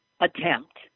attempt